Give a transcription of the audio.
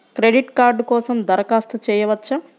Credit card కోసం దరఖాస్తు చేయవచ్చా?